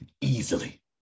easily